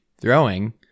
throwing—